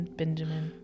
benjamin